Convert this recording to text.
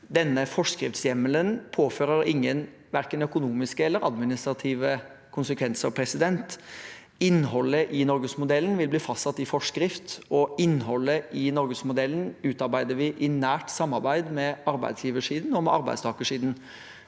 forskriftshjemmelen påfører ingen verken økonomiske eller administrative konsekvenser. Innholdet i norgesmodellen vil bli fastsatt i forskrift, og innholdet i norgesmodellen utarbeider vi i nært samarbeid med arbeidsgiversiden og arbeidstakersiden.